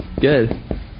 Good